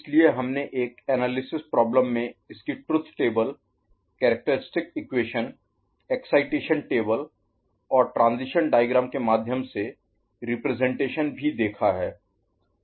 इसलिए हमने एक एनालिसिस प्रॉब्लम में इसकी truth table characteristic equation excitation table और ट्रांजीशन डायग्राम के माध्यम से रिप्रजेंटेशन भी देखा है